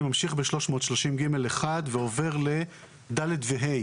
אני ממשיך ב-330ג1 ועובר ל-(ד) ו-(ה),